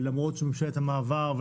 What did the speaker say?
למרות ממשלת המעבר,